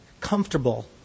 comfortable